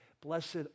Blessed